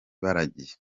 baragiye